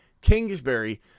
Kingsbury